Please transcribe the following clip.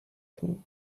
can